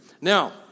Now